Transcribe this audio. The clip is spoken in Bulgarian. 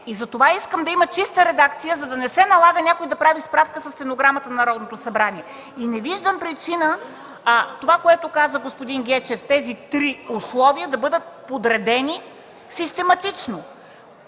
Затова искам да има чиста редакция, за да не се налага някой да прави справка със стенограмата на Народното събрание. Не виждам причина за това, което каза господин Гечев – тези три условия, да бъдат подредени систематично: